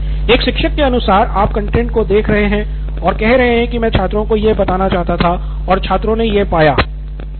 professor एक शिक्षक के अनुसार आप कंटैंट को देख रहे हैं और कह रहे हैं कि मैं छात्रों को यह बताना चाहता था और छात्रों ने यह पाया